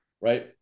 right